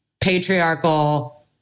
patriarchal